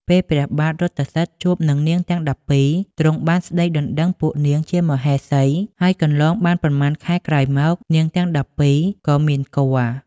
ពេលព្រះបាទរថសិទ្ធិជួបនឹងនាងទាំង១២ ទ្រង់បានស្តីដណ្តឹងពួកនាងជាមហេសី ហើយកន្លងប៉ុន្មានខែក្រោយមកនាងទាំង១២ ក៏មានគភ៌។